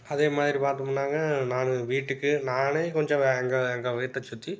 அதே மாதிரி பார்த்தோம்முன்னாங்க நான் வீட்டுக்கு நானே கொஞ்சம் வ எங்கள் எங்கள் வீட்டைச் சுற்றி